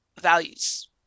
values